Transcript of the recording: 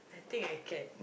I think I can